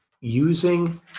using